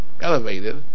elevated